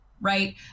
right